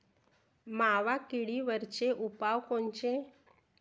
मावा किडीवरचे उपाव कोनचे?